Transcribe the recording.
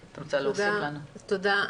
תודה.